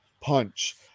punch